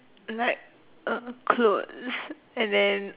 like a clothes and then